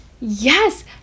yes